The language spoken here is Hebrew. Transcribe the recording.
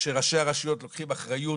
שראשי הרשויות לוקחים אחריות